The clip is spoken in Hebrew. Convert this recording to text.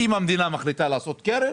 אם המדינה מחליטה לעשות קרן